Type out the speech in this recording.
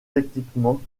techniquement